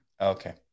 okay